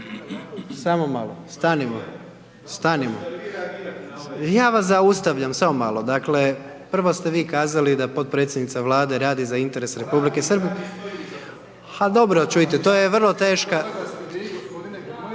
Samo malo, stanimo, stanimo, ja vas zaustavljam, samo malo. Dakle, prvo ste vi kazali da potpredsjednica Vlade radi za interese Republike Srbije …/Upadica: Radi, radi stojim